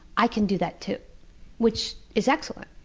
i can do that too which is excellent.